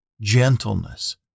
Gentleness